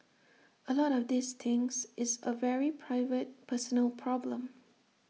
A lot of these things it's A very private personal problem